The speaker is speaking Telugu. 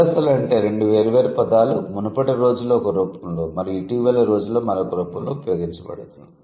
రివర్సల్స్ అంటే రెండు వేర్వేరు పదాలు మునుపటి రోజుల్లో ఒక రూపంలో మరియు ఇటీవలి రోజుల్లో మరొక రూపంలో ఉపయోగించబడడం